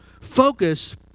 Focus